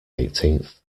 eighteenth